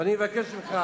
ואני מבקש ממך.